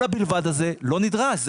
כל ה"בלבד" הזה לא נדרש.